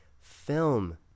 film